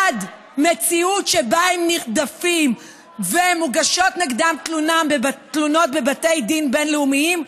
עד מציאות שבה הם נרדפים ומוגשות נגדם תלונות בבתי דין בין-לאומיים,